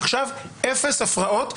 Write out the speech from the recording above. עכשיו אפס הפרעות.